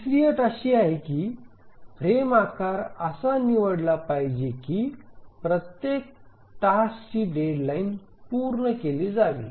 तिसरी अट अशी आहे की फ्रेम आकार असा निवडला पाहिजे की प्रत्येक टास्कची डेडलाइन पूर्ण केली जावी